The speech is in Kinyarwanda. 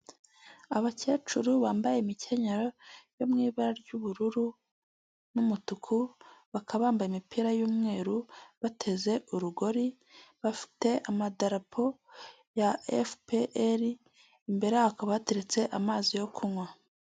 Umugore ufite umusatsi muremure wambaye imyenda y'umutuku, vharimo n'umukara n'umweru n'ijipo ngufiya, ufite igikapu gikunzwe gukoreshwa n'abantu bakunze kujya mu mahanga akaba ahagaze hafi y'ibyapa bigiye bitandukanye ndetse n'inyuma yaho hakaba hari iminara y'amashanyarazi.